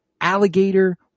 alligator